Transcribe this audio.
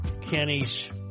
Kenny's